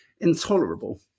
intolerable